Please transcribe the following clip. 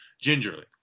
gingerly